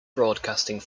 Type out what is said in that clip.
broadcasting